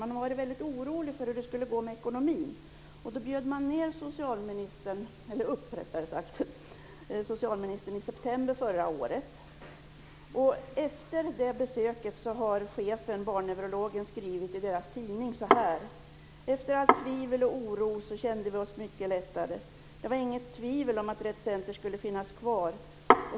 Man har varit väldigt orolig för hur det skulle gå med ekonomin, och man bjöd dit socialministern i september förra året. Efter det besöket har chefen, som är barnneurolog, skrivit så här i deras tidning: Efter allt tvivel och all oro kände vi oss mycket lättade. Det var inget tvivel om att Rett Center skulle finnas kvar.